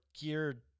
geared